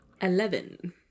Eleven